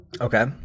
Okay